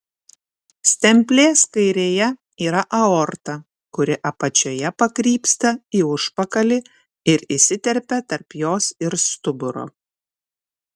stemplės kairėje yra aorta kuri apačioje pakrypsta į užpakalį ir įsiterpia tarp jos ir stuburo